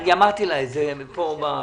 אמרתי את זה.